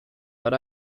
but